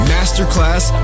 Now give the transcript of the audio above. Masterclass